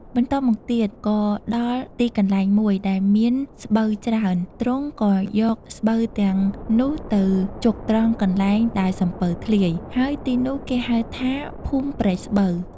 បន្ទាប់មកទៀត ក៏ដល់ទីកន្លែងមួយដែលមានស្បូវច្រើន ទ្រង់ក៏យកស្បូវទាំងនោះទៅជុកត្រង់កន្លែងដែលសំពៅធ្លាយ ហើយទីនោះគេហៅថា ភូមិព្រែកស្បូវ។